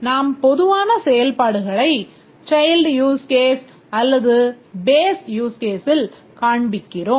நாம் பொதுவான செயல்பாடுகளை சைல்டு use caseல் காண்பிக்கிறோம்